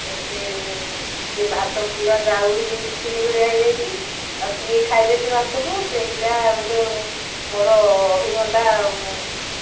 ଏ ସେ ସେ ଭାତ ପୁରା ଜାଉ ହେଇଯାଇଛି ଖିରି ଭଳିଆ ହେଇଯାଇଛି ଆଉ କିଏ ଖାଇବେ ସେ ଭାତକୁ ସେଇଟା ଗୋଟେ ମୋର ଅଭିଜ୍ଞତା ଆଉ